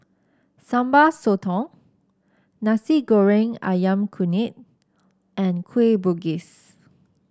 Sambal Sotong Nasi Goreng ayam Kunyit and Kueh Bugis